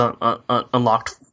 unlocked